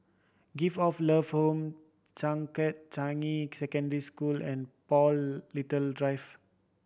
Gift of Love Home Changkat Changi Secondary School and Paul Little Drive